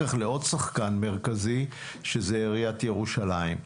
לעוד שחקן מרכזי שזה עיריית ירושלים.